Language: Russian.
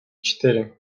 четыре